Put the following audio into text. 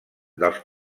dels